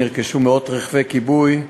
נרכשו מאות רכבי כיבוי,